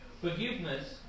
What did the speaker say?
forgiveness